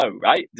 right